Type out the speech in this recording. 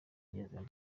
agezemo